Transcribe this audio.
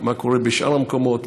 מה קורה בשאר המקומות,